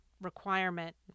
requirement